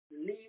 leave